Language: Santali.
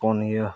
ᱯᱩᱱᱭᱟᱹ